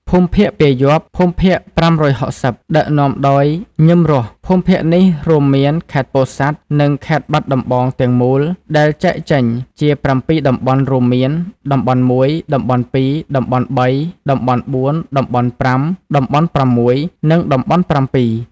ភូមិភាគពាយ័ព្យ (ភូមិភាគ៥៦០) ដឹកនាំដោយ ញឹម រស់ ភូមិភាគនេះរួមមានខេត្តពោធិ៍សាត់ និងខេត្តបាត់ដំបង ទាំងមូល ដែលចែកចេញជាប្រាំពីរតំបន់រួមមានតំបន់១ តំបន់២ តំបន់៣ តំបន់៤ តំបន់៥ តំបន់៦ និងតំបន់៧។